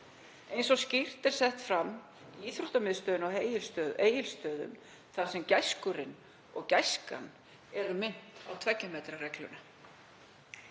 eins og skýrt er sett fram í íþróttamiðstöðinni á Egilsstöðum þar sem gæskurinn og gæskan eru minnt á tveggja metra regluna.